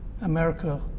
America